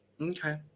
Okay